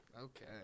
Okay